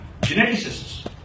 geneticists